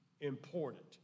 important